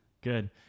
Good